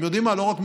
מקומות כאלה בבלרוס,